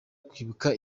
kwibuka